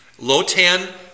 Lotan